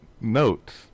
notes